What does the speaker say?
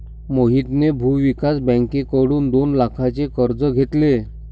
मोहितने भूविकास बँकेकडून दोन लाखांचे कर्ज घेतले